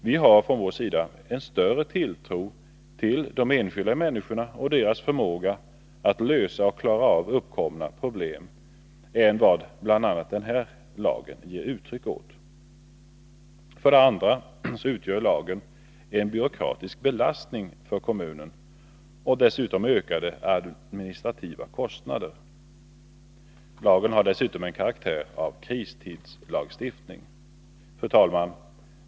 Vi har för vår del en större tilltro till de enskilda människorna och deras förmåga att lösa uppkomna problem än vad bl.a. denna lag ger uttryck för. För det andra utgör lagen en byråkratisk belastning för kommunen och medför dessutom ökade administrativa kostnader. Den har dessutom karaktären av kristidslagstiftning. Fru talman!